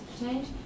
change